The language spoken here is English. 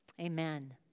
Amen